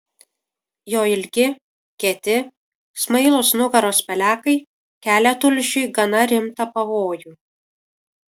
jo ilgi kieti smailūs nugaros pelekai kelia tulžiui gana rimtą pavojų